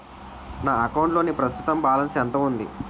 నా అకౌంట్ లోని ప్రస్తుతం బాలన్స్ ఎంత ఉంది?